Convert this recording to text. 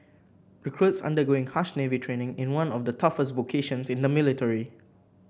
recruits undergoing harsh navy training in one of the toughest vocations in the military